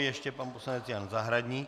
Ještě pan poslanec Jan Zahradník.